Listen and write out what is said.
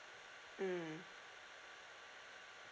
mm